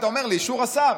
היית אומר: לאישור השר,